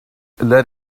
let